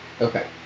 Okay